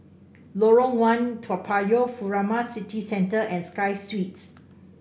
Lorong One Toa Payoh Furama City Centre and Sky Suites